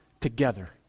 together